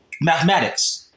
Mathematics